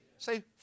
Say